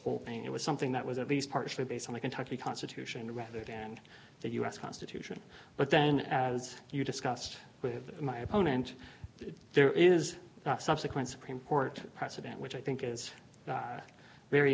hoping it was something that was at least partially based on a kentucky constitution rather than a u s constitution but then as you discussed with my opponent there is not a subsequent supreme court precedent which i think is very